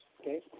okay